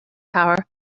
power